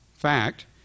fact